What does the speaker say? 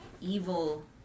evil